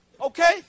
Okay